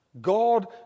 God